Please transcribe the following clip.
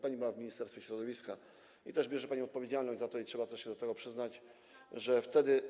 Pani była w Ministerstwie Środowiska i też bierze pani za to odpowiedzialność, i trzeba się też do tego przyznać, że wtedy.